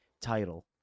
title